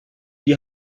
die